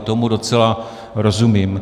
Tomu docela rozumím.